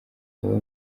baba